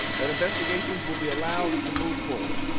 that investigations will be allowed to move forward.